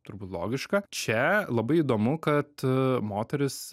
turbūt logiška čia labai įdomu kad moterys